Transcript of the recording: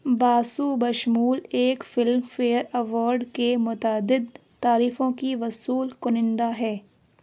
باسو بشمول ایک Filmfare award کے متعدد تعریفوں کی وصول کنندہ ہے